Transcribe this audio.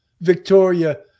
Victoria